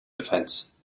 defense